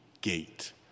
Gate